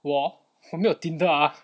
我我没有 tinder ah